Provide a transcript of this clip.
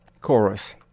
CHORUS